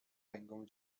هنگام